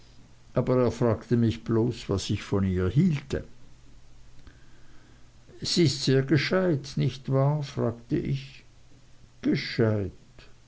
aber er fragte mich bloß was ich von ihr hielte sie ist sehr gescheit nicht wahr fragte ich gescheit